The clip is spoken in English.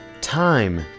time